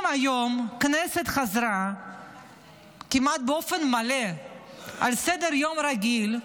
אם היום הכנסת חזרה כמעט באופן מלא לסדר-יום רגיל,